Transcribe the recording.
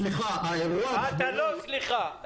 שינוי התקינה בבתים פרטיים הוא שינוי שלא קשור לצנרת,